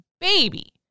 baby